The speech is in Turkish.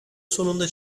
sonunda